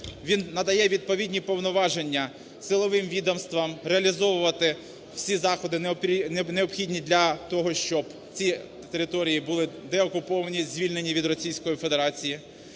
він надає відповідні повноваження силовим відомствам реалізовувати всі заходи, необхідні для того, щоб ці території були деокуповані, звільнені від Російської Федерації.